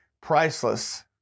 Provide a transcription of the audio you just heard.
priceless